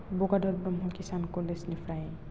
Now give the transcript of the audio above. बगादर ब्रह्म किसान कलेजनिफ्राइ